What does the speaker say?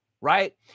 right